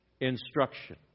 Instruction